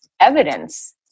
evidence